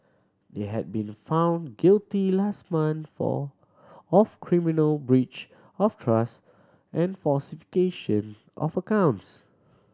they had been found guilty last month for of criminal breach of trust and falsification of accounts